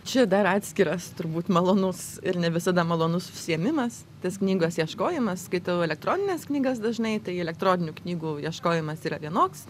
čia dar atskiras turbūt malonus ir ne visada malonus užsiėmimas tas knygos ieškojimas skaitau elektronines knygas dažnai tai elektroninių knygų ieškojimas yra vienoks